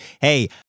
hey